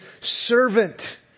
servant